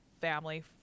family